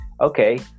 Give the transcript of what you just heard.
Okay